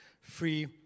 free